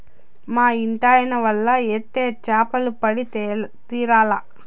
మా ఇంటాయన వల ఏత్తే చేపలు పడి తీరాల్ల